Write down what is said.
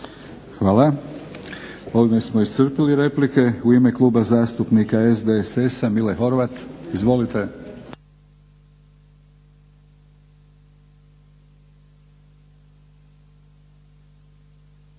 Hvala. Ovime smo iscrpili replike. U ime Kluba zastupnika SDSS-a Mile Horvat. Izvolite.